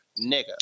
nigga